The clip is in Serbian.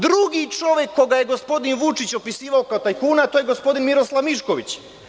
Drugi čovek koga je gospodin Vučić opisivao kao tajkuna, to je gospodin Miroslav Mišković.